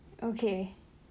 okay